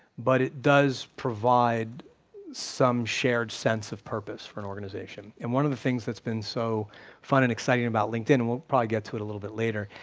but it does provide some shared sense of purpose for an organization. and one of the things that's been so fun and exciting about linkedin, and we'll probably get to it a little bit later,